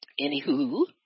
Anywho